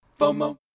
FOMO